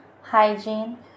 hygiene